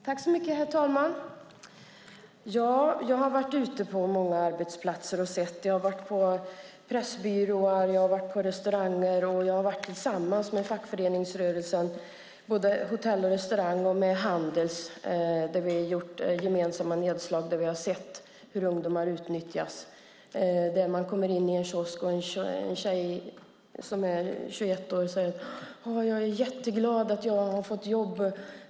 Herr talman! Jag har varit ute på många arbetsplatser. Jag har varit på pressbyråer och på restauranger tillsammans med fackföreningsrörelsen, både med Hotell och restaurangfacket och med Handels. Vi har gjort gemensamma nedslag där vi har sett hur ungdomar utnyttjas. Man kommer in i en kiosk där en tjej som är 21 år säger: Jag är jätteglad att jag har fått jobb.